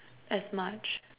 as much